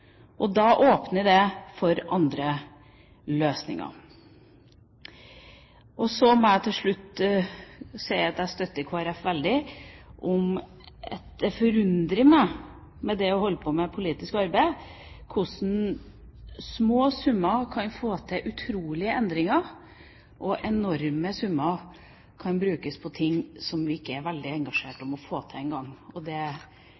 Da åpner det for andre løsninger. Så må jeg til slutt si at jeg støtter Kristelig Folkeparti veldig på noe som forundrer når en holder på med politisk arbeid: hvordan en med små summer kan få til utrolige endringer, mens enorme summer kan brukes på noe som vi ikke er veldig engasjert i å få til engang. Det